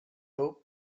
hoped